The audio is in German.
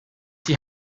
die